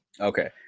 Okay